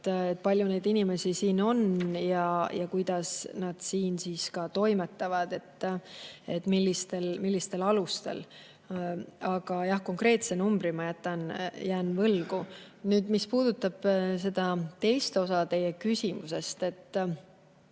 kui palju neid inimesi siin on ja kuidas nad siin toimetavad, millistel alustel. Ent jah, konkreetse numbri ma jään võlgu. Nüüd, mis puudutab seda teist osa teie küsimusest, siis